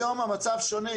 היום המצב שונה,